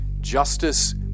Justice